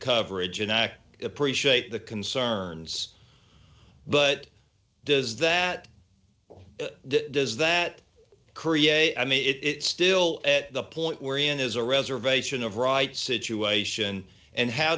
coverage and appreciate the concerns but does that does that create i mean it still at the point we're in is a reservation of right situation and how